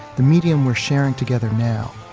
the medium we're sharing together now.